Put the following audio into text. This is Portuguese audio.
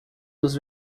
dos